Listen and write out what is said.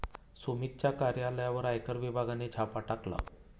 सुमितच्या कार्यालयावर आयकर विभागाने छापा टाकला